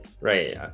right